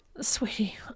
Sweetie